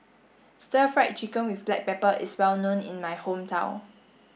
stir fried chicken with black pepper is well known in my hometown